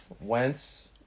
Wentz